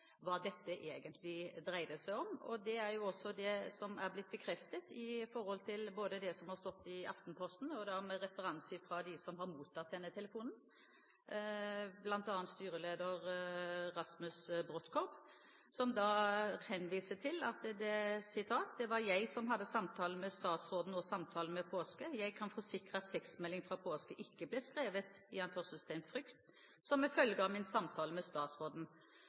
hva dette egentlig dreide seg om. Det er også det som er blitt bekreftet ut fra det som har stått i Aftenposten, og med referanse fra dem som har mottatt denne telefonen, bl.a. styreleder Rasmus Brodtkorb, som sier: «Det var jeg som hadde samtalen med statsråden og samtalen med Paasche. Jeg kan forsikre at tekstmeldingen fra Paasche ikke ble skrevet i «frykt» som en følge av min samtale med statsråden.